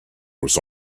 was